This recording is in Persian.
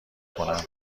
کنم